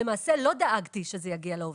למעשה לא דאגתי שזה יגיע לעובדים,